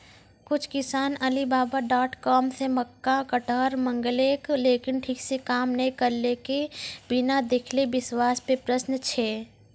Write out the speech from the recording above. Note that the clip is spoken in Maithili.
कुछ किसान अलीबाबा डॉट कॉम से मक्का कटर मंगेलके लेकिन ठीक से काम नेय करलके, बिना देखले विश्वास पे प्रश्न छै?